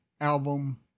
album